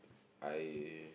I